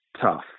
tough